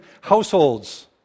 households